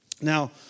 Now